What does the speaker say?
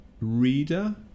reader